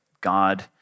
God